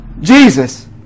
Jesus